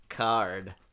card